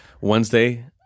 Wednesday